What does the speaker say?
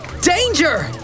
Danger